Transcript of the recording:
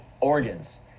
organs